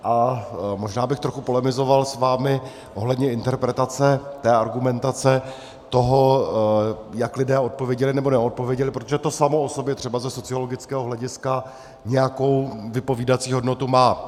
A možná bych trochu s vámi polemizoval ohledně interpretace, argumentace toho, jak lidé odpověděli nebo neodpověděli, protože to samo o sobě třeba ze sociologického hlediska nějakou vypovídací hodnotu má.